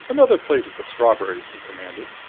another plate of the strawberries! he commanded.